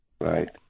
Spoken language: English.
right